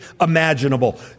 imaginable